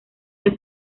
que